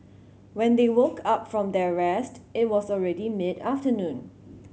when they woke up from their rest it was already mid afternoon